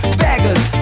beggars